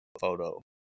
photo